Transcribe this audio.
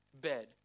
bed